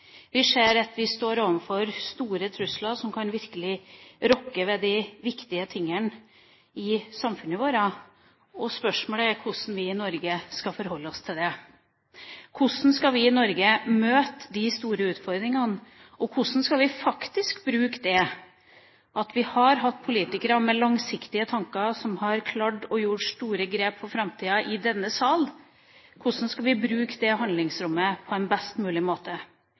Vi ser at vi står overfor store trusler som virkelig kan rokke ved de viktige tingene i samfunnet vårt, og spørsmålet er hvordan vi i Norge skal forholde oss til det. Hvordan skal vi i Norge møte de store utfordringene? Hvordan skal vi faktisk bruke det at vi har hatt politikere med langsiktige tanker, som har klart å gjøre store grep for framtida, i denne sal? Hvordan skal vi bruke det handlingsrommet på en best mulig måte?